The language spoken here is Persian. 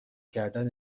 کردن